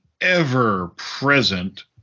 ever-present